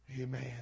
Amen